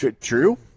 True